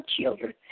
children